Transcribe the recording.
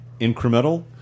incremental